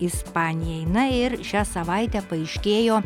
ispanijai na ir šią savaitę paaiškėjo